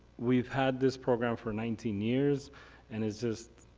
we've had this program for nineteen years and it's just,